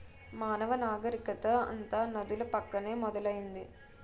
మానవ నాగరికత అంతా నదుల పక్కనే మొదలైంది